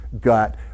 gut